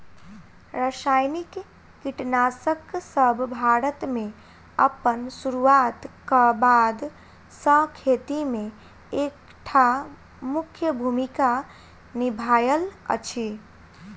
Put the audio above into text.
रासायनिक कीटनासकसब भारत मे अप्पन सुरुआत क बाद सँ खेती मे एक टा मुख्य भूमिका निभायल अछि